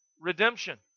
redemption